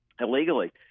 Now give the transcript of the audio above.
illegally –